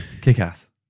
Kick-ass